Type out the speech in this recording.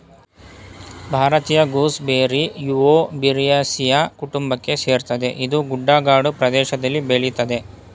ಭಾರತೀಯ gooseberry Euphorbiaceae ಕುಟುಂಬಕ್ಕೆ ಸೇರ್ತದೆ ಇದು ಗುಡ್ಡಗಾಡು ಪ್ರದೇಷ್ದಲ್ಲಿ ಬೆಳಿತದೆ